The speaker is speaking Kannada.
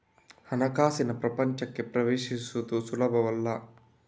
ಹಣಕಾಸಿನ ಪ್ರಪಂಚಕ್ಕೆ ಪ್ರವೇಶಿಸುವುದು ಸುಲಭವಲ್ಲ